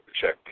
check